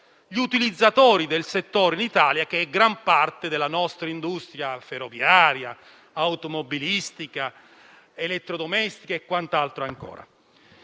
gli utilizzatori del settore in Italia, che sono gran parte della nostra industria ferroviaria, automobilistica, degli elettrodomestici e quant'altro.